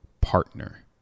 partner